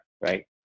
right